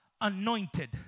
anointed